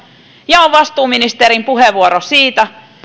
ja on vastuuministerin puheenvuoro siitä